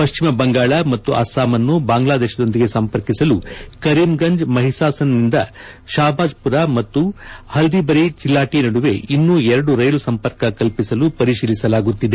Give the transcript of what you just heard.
ಪಶ್ಚಿಮ ಬಂಗಾಳ ಮತ್ತು ಅಸ್ಸಾಂ ಅನ್ನು ಬಾಂಗ್ಲಾದೇಶದೊಂದಿಗೆ ಸಂಪರ್ಕಿಸಲು ಕರೀಂಗಂಜ್ಮಹಿಸಾಸನ್ನಿಂದ ಶಾಪ್ಬಾಜ್ಮರ ಮತ್ತು ಪಲ್ದಿಬರಿ ಚಿಲ್ಟಾಟಿ ನಡುವೆ ಇನ್ನೂ ಎರಡು ರೈಲು ಸಂಪರ್ಕ ಕಲ್ಪಿಸಲು ಪರಿಶೀಲಿಸಲಾಗುತ್ತಿದೆ